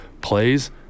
plays